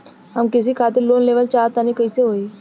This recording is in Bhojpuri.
हम कृषि खातिर लोन लेवल चाहऽ तनि कइसे होई?